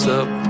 up